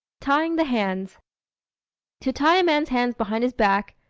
tying the hands to tie a man's hands behind his back,